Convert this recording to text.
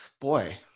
Boy